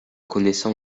connaissant